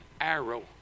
arrow